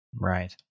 Right